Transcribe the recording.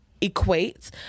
equate